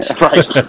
Right